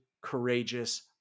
courageous